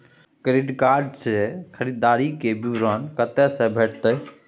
Credit card से खरीददारी के विवरण कत्ते से भेटतै?